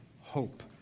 hope